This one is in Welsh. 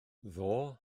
ddoe